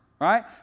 right